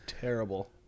terrible